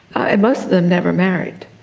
and most of them never married,